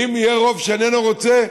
ואם יהיה רוב שאיננו רוצה,